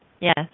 Yes